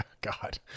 God